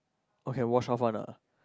okay can wash off one ah